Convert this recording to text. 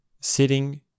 sitting